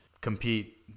compete